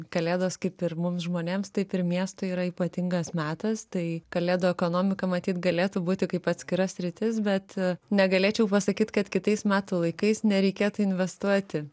kalėdos kaip ir mums žmonėms taip ir miestui yra ypatingas metas tai kalėdų ekonomika matyt galėtų būti kaip atskira sritis bet negalėčiau pasakyt kad kitais metų laikais nereikėtų investuoti